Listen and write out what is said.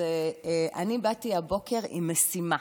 אני באתי הבוקר עם משימה